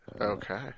Okay